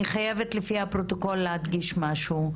אני חייבת לפי הפרוטוקול להדגיש משהו,